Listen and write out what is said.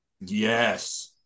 Yes